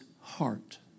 heart